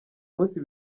munsi